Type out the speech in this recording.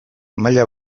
maila